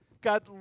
God